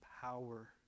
power